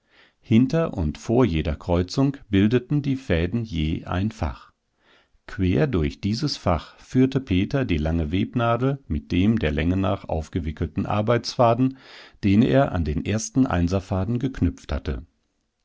hinter und vor jeder kreuzung bildeten die fäden je ein fach quer durch dieses fach führte peter die lange webnadel mit dem der länge nach aufgewickelten arbeitsfaden den er an den ersten einserfaden geknüpft hatte